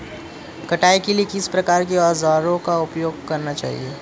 कटाई के लिए किस प्रकार के औज़ारों का उपयोग करना चाहिए?